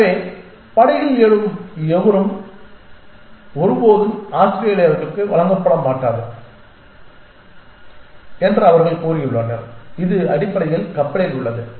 எனவே படகில் எழும் எவருக்கும் ஒருபோதும் ஆஸ்திரேலியர்களுக்கு வழங்கப்பட மாட்டாது என்று அவர்கள் கூறியுள்ளனர் இது அடிப்படையில் கப்பலில் உள்ளது